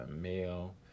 male